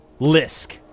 Lisk